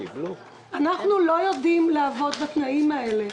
אנחנו לא יודעים לעבוד בתנאים האלה.